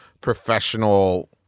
professional